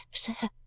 sir?